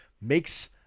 makes